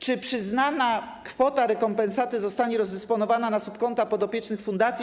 Czy przyznana kwota rekompensaty zostanie rozdysponowana na subkonta podopiecznych fundacji?